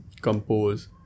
compose